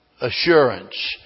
assurance